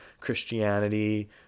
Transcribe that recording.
Christianity